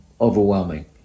overwhelming